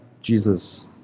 Jesus